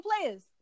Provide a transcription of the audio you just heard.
players